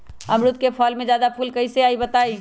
अमरुद क फल म जादा फूल कईसे आई बताई?